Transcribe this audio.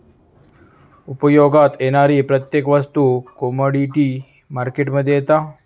उपयोगात येणारी प्रत्येक वस्तू कमोडीटी मार्केट मध्ये येता